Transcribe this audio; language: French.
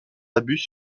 abus